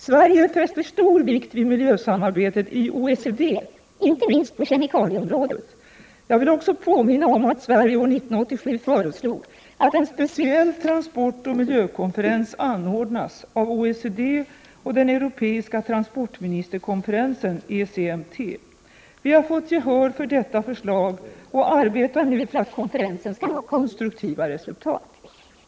Sverige fäster stor vikt vid miljösamarbetet i OECD, inte minst på kemikalieområdet. Jag vill också påminna om att Sverige år 1987 föreslog att en speciell transportoch miljökonferens anordnas av OECD och den europeiska transportministerkonferensen, ECMT. Vi har fått gehör för detta förslag och arbetar nu för att konferensen skall nå konstruktiva resultat.